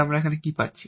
আমরা এখানে কি পাচ্ছি